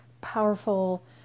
powerful